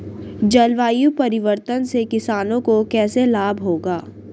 जलवायु परिवर्तन से किसानों को कैसे लाभ होगा?